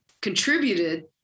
contributed